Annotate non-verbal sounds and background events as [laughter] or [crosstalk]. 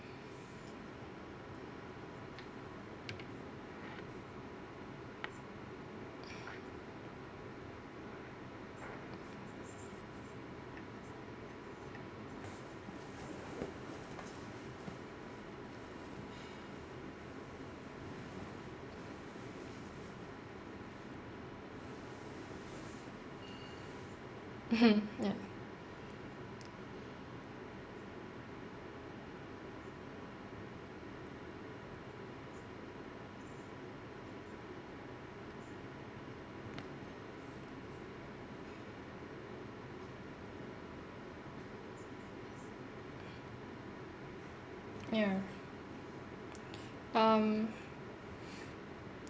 [laughs] ya ya um [breath]